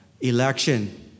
election